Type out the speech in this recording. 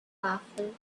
powerful